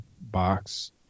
box